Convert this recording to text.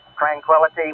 Tranquility